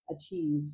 achieve